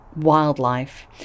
wildlife